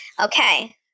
Okay